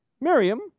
Miriam